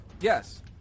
Yes